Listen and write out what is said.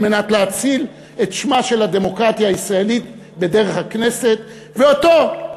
על מנת להציל את שמה של הדמוקרטיה הישראלית דרך הכנסת ואותו,